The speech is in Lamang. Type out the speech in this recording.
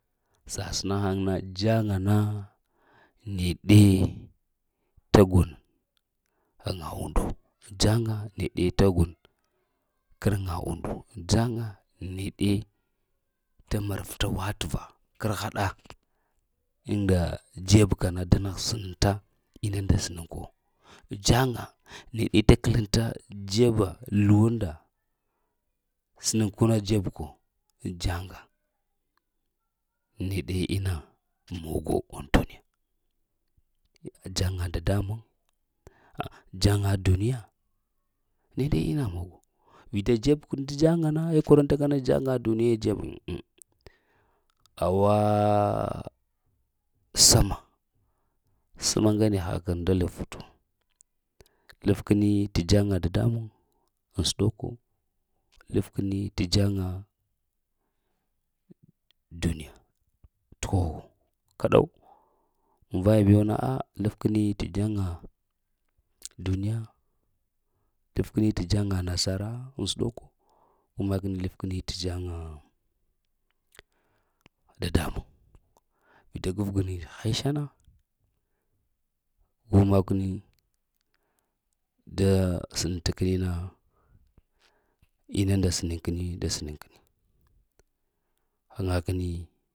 Sasna haŋ na jaŋa na neɗe da gun haŋa undu, jaŋa neɗe dagun kərga undu, jaŋa neɗe da mararta wateva kərhaɗa, aŋa dzebka na da nəgh səninta inu nda sənənku, jəŋa nede da klenta dzeba luwunda sənənka na dzebku, "jaŋa" nede inna mogo ŋ duniya. Jaŋa dadamba? Jaŋa duniya nede inna mogo, vita dzebku da jaŋa na eh kwaranta kana jaŋa na eh kwaranta kana jaŋa doniye dzeb ŋane hakun da zlavatu. Kəlef kənitjaŋa dadmuŋ, ŋ səɗoko kəlef keni t jaŋa duniya, t hoho kɗaw munvaya bewna "ah" klef kini t jaŋa duniya, klef kini t jaŋa nasara, ŋ səɗoko go ma kəni kəlft jaŋa dadamuŋ, vita gwat gwa keni hesha na gu makini da sənənta kəni na nida sənin kəni da sənkəni haŋ keni